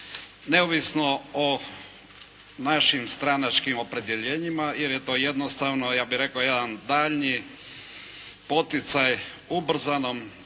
neovisno o našim stranačkim opredjeljenjima, jer je to jednostavno, ja bih rekao jedan daljnji poticaj ubrzanom